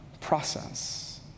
process